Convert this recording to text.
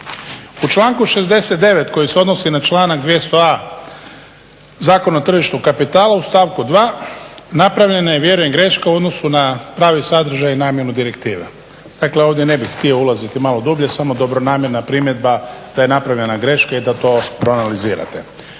U članku 69. koji se odnosi na članak 200. a Zakona o tržištu kapitala u stavku 2. napravljena je vjerujem greška u odnosu na pravi sadržaj i namjenu direktiva. Dakle, ovdje ne bih htio ulaziti malo dublje, samo dobronamjerna primjedba da je napravljena greška i da to proanalizirate.